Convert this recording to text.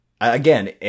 Again